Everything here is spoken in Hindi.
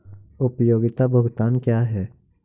उपयोगिता भुगतान क्या हैं?